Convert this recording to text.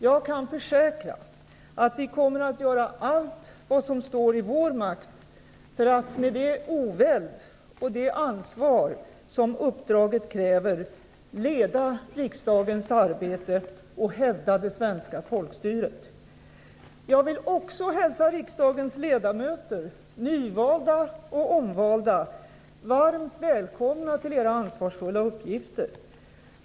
Jag kan försäkra att vi kommer att göra allt vad som står i vår makt för att med den oväld och det ansvar uppdraget kräver leda riksdagens arbete och hävda det svenska folkstyret. Jag vill också hälsa riksdagens ledamöter - nyvalda och omvalda - varmt välkomna till era ansvarsfulla uppgifter.